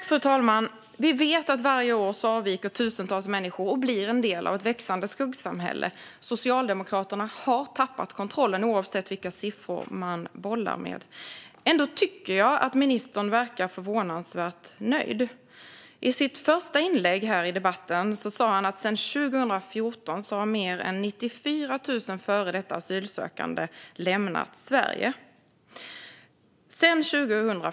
Fru talman! Varje år avviker tusentals människor och blir en del av ett växande skuggsamhälle. Socialdemokraterna har tappat kontrollen oavsett vilka siffror de bollar med. Trots detta tycker jag att ministern verkar förvånansvärt nöjd. I sitt första inlägg i debatten sa han att sedan 2014 har mer än 94 000 före detta asylsökande lämnat Sverige.